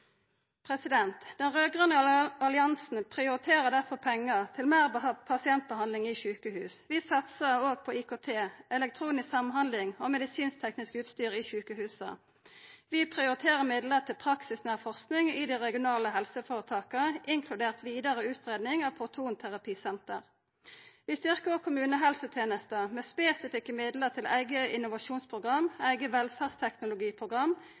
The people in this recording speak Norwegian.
Den raud-grøne alliansen prioriterer derfor pengar til meir pasientbehandling i sjukehus. Vi satsar òg på IKT, elektronisk samhandling og medisinsk-teknisk utstyr i sjukehusa. Vi prioriterer midlar til praksisnær forsking i dei regionale føretaka, inkludert vidare utgreiing av protonterapisenter. Vi styrkjer òg kommunehelsetenesta, med spesifikke midlar til eige innovasjonsprogram, eige velferdsteknologiprogram,